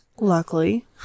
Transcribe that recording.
Luckily